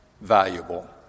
valuable